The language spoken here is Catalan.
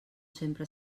sempre